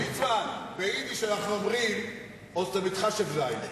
ליצמן, ביידיש אנחנו אומרים: האסטו מתחשב זיין.